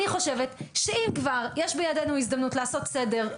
אני חושבת שאם כבר יש בידינו הזדמנות לעשות סדר,